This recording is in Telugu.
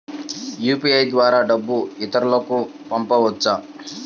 యూ.పీ.ఐ ద్వారా డబ్బు ఇతరులకు పంపవచ్చ?